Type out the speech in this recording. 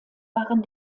waren